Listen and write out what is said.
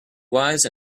wise